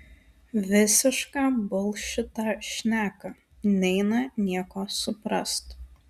visišką bulšitą šneka neina nieko suprast